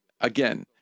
again